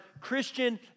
Christian